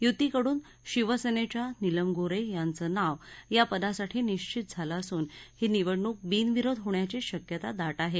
यूतीकडून शिवसेनेच्या नीलम गोऱ्हे यांचं नाव या पदासाठी निश्वित झालं असून ही निवडणूक बिनविरोध होण्याची शक्यता दाट आहे